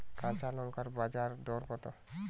কাঁচা লঙ্কার বাজার দর কত?